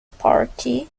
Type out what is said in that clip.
party